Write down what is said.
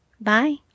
Bye